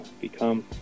become